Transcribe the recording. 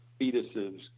fetuses